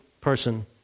person